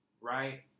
Right